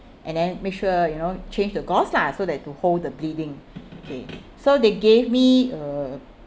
and then make sure you know change the gauze lah so that to hold the bleeding okay so they gave me uh